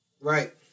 Right